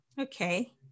okay